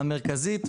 המטרה המרכזית,